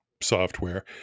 software